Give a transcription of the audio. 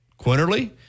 Quinterly